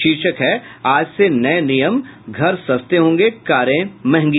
शीर्षक है आज से नऐ नियम घर सस्ते होंगे कारें मंहगी